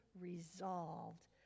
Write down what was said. resolved